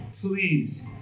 please